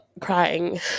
crying